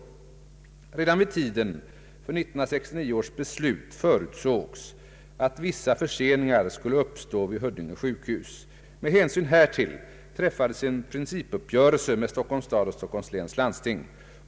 Redan vid tiden för 1969 års beslut förutsågs att vissa förseningar skulle uppstå vid Huddinge sjukhus. Med hänsyn härtill träffades en principuppgörelse med Stockholms stad och Stockholms läns landsting.